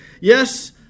Yes